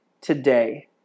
today